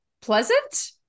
pleasant